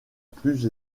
plus